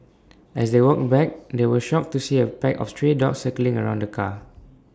as they walked back they were shocked to see A pack of stray dogs circling around the car